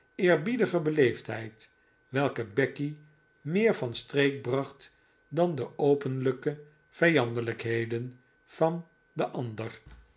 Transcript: eerbiedige beleefdheid welke becky meer van streek bracht dan de openlijke vijandelijkheden van den ander